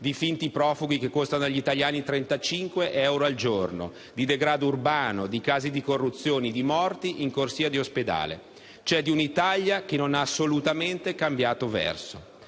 di finti profughi che costano agli italiani 35 euro al giorno, di degrado urbano, di casi di corruzione, di morti in corsie d'ospedale: cioè di una Italia che non ha assolutamente cambiato verso.